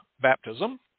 baptism